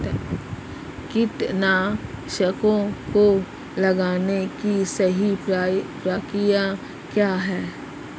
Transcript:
कीटनाशकों को लगाने की सही प्रक्रिया क्या है?